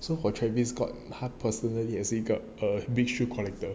so for travis scott 他 personally 也是一个 err big shoe collector